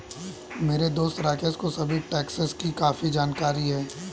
मेरे दोस्त राकेश को सभी टैक्सेस की काफी जानकारी है